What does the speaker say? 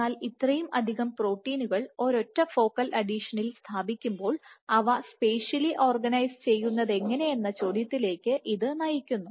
എന്നാൽ ഇത്രയും അധികം പ്രോട്ടീനുകൾ ഒരൊറ്റഫോക്കൽ അഡീഷനിൽ സ്ഥാപിക്കുമ്പോൾ അവ സ്പേഷ്യലി ഓർഗനൈസു ചെയ്യുന്നതെങ്ങനെയെന്ന് ചോദ്യത്തിലേക്ക് ഇത് നയിക്കുന്നു